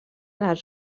les